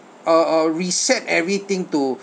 uh uh reset everything to